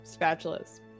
Spatulas